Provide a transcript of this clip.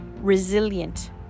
resilient